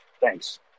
Thanks